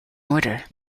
order